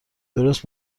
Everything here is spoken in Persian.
درست